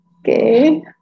Okay